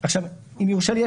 אם יורשה לי,